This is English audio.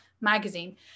magazine